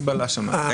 תודה.